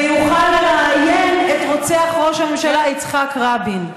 ויוכל לראיין את רוצח ראש הממשלה יצחק רבין.